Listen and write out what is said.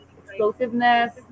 explosiveness